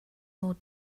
more